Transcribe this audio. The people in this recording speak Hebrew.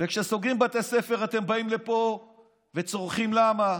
וכשסוגרים בתי ספר אתם באים לפה וצורחים למה,